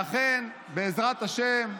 ואכן, בעזרת השר,